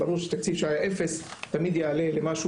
ברור שתקציב שהיה אפס תמיד יעלה למשהו,